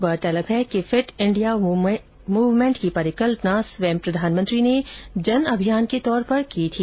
गौरतलब है कि फिट इंडिया मुवमेंट की परिकल्पना स्वयं प्रधानमंत्री ने जन अभियान के तौर पर की थी